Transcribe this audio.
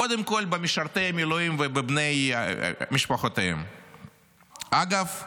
קודם כול, במשרתי המילואים ובבני משפחותיהם, אגב,